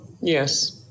Yes